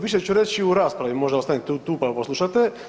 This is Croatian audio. Više ću reći u raspravi, možda ostanete tu pa poslušate.